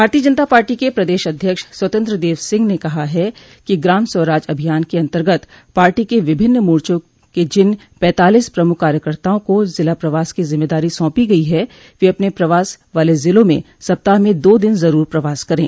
भारतीय जनता पार्टी के प्रदेश अध्यक्ष स्वतंत्र देव सिंह ने कहा है कि ग्राम स्वराज अभियान के अन्तर्गत पार्टी के विभिन्न मोर्चो के जिन पैंतालीस प्रमख कार्यकर्ताओं को जिला प्रवास की जिम्मेदारी सौंपी गई है वे अपने प्रवास वाले जिलों में सप्ताह में दो दिन जरूर प्रवास करे